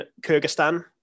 Kyrgyzstan